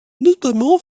notamment